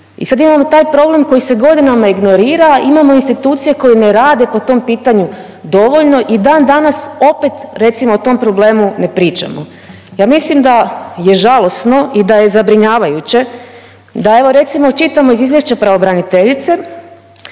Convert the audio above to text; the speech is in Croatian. I sad imamo taj problem koji se godinama ignorira, imamo institucije koje ne rade po tom pitanju dovoljno. I dan danas opet recimo o tom problemu ne pričamo. Ja mislim da je žalosno i da je zabrinjavajuće da evo recimo čitamo iz izvješća pravobraniteljice